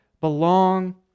belong